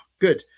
good